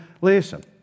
Listen